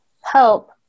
help